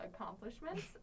accomplishments